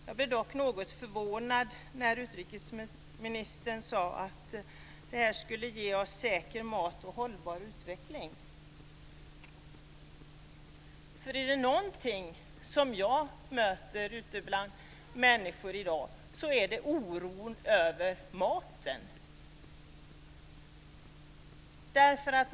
Jag blev dock något förvånad när utrikesministern sade att det kommer att ge oss säker mat och en hållbar utveckling. Om det är någonting som jag möter ute bland människor i dag så är det oron över maten.